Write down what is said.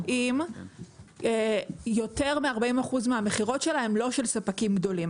אם יותר מ-40% מהמכירות שלה הן לא של ספקים גדולים.